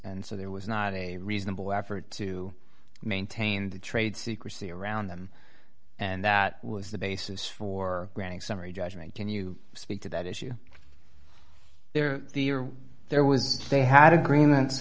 and so there was not a reasonable effort to maintain the trade secrecy around them and that was the basis for granting summary judgment can you speak to that issue there there was they had agreements